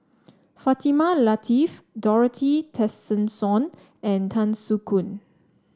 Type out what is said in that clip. Fatimah Lateef Dorothy Tessensohn and Tan Soo Khoon